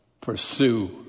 pursue